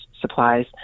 supplies